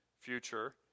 future